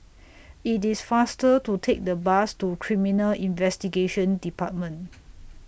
IT IS faster to Take The Bus to Criminal Investigation department